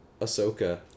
Ahsoka